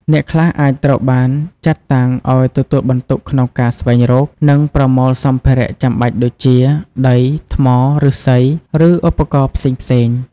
អ្នកខ្លះអាចត្រូវបានចាត់តាំងឲ្យទទួលបន្ទុកក្នុងការស្វែងរក និងប្រមូលសម្ភារៈចាំបាច់ដូចជា ដី ថ្ម ឫស្សី ឬឧបករណ៍ផ្សេងៗ។